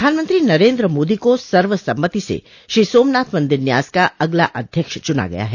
प्रधानमंत्री नरेन्द्र मोदी को सर्वसम्मति से श्री सोमनाथ मंदिर न्यास का अगला अध्यक्ष चुना गया है